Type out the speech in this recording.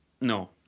No